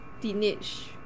Teenage